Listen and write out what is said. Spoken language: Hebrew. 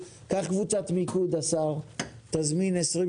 קבוצת מיקוד ותזמין אליך קבוצה של 20